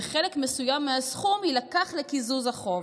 וחלק מסוים מהסכום יילקח לקיזוז החוב.